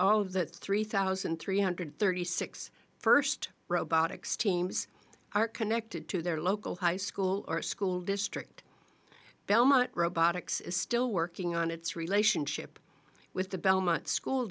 all of the three thousand three hundred thirty six first robotics teams are connected to their local high school or school district belmont robotics is still working on its relationship with the belmont school